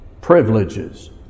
privileges